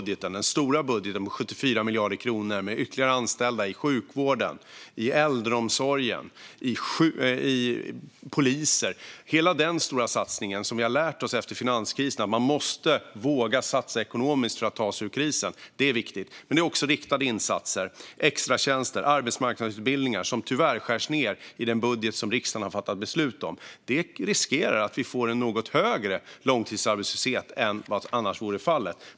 Den stora budgeten på 74 miljarder kronor innebär ytterligare anställda i sjukvården, i äldreomsorgen, hos polisen och så vidare. Efter finanskrisen lärde vi oss att man måste våga satsa ekonomiskt för att ta sig ur krisen. Det är viktigt. Men det är också fråga om riktade insatser; extratjänster, arbetsmarknadsutbildningar. Tyvärr skärs dessa ned i den budget som riksdagen har fattat beslut om. Detta riskerar att det blir en något högre långtidsarbetslöshet än vad som annars skulle vara fallet.